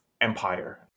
empire